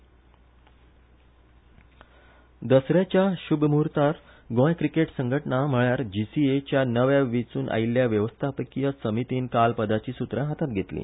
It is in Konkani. जीसीए दस याच्या शुभमुहर्तात गोंय क्रिकेट संघाटना म्हळ्यार जीसीए च्या नव्या वेचून आयिल्ल्या व्यवस्थापकीय समितीन पदाची सुत्रा हातात घेतली